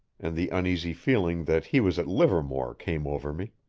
and the uneasy feeling that he was at livermore came over me.